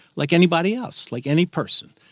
like anybody else. like any person.